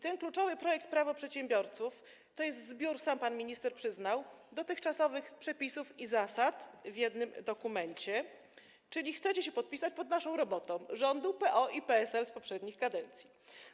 Ten kluczowy projekt Prawo przedsiębiorców to jest zbiór, pan minister sam to przyznał, dotychczasowych przepisów i zasad w jednym dokumencie, czyli chcecie się podpisać pod naszą robotą - rządu PO i PSL z poprzednich kadencji.